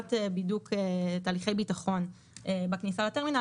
תחילת בידוק תהליכי ביטחון בכניסה לטרמינל.